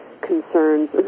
concerns